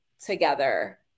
together